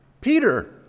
Peter